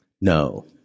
No